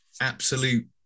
absolute